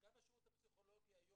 גם השירות הפסיכולוגי היום,